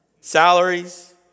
Salaries